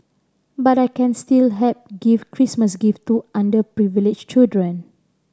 but I can still help give Christmas gift to underprivileged children